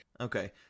okay